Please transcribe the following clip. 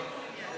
תוצאות ההצבעה